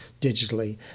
digitally